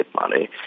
money